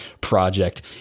project